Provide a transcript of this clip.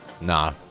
Nah